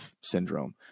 syndrome